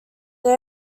they